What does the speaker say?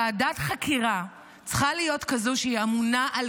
ועדת חקירה צריכה להיות כזאת שהיא אמונה על